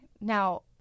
Now